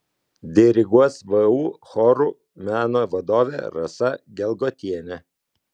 diriguos vu chorų meno vadovė rasa gelgotienė